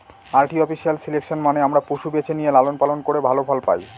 artificial selection মানে আমরা পশু বেছে নিয়ে লালন পালন করে ভালো ফল পায়